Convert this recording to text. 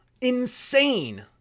Insane